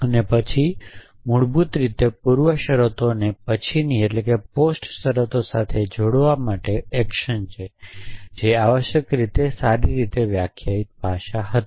અને પછી મૂળભૂત રીતે પૂર્વ શરતોને પછીની શરતો સાથે જોડવા માટે એક્શન છે એ આવશ્યકપણે સારી રીતે વ્યાખ્યાયિત ભાષા હતી